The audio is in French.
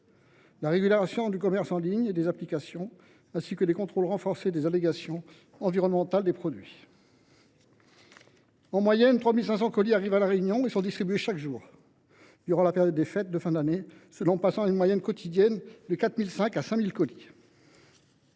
la régulation du commerce en ligne et des applications ainsi que des contrôles renforcés des allégations environnementales des produits. En moyenne, 3 500 colis arrivent à La Réunion et sont distribués chaque jour. Durant la période des fêtes de fin d’année, cette moyenne quotidienne oscille entre 4 500 et 5 000 colis.